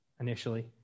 initially